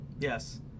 yes